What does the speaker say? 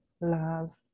love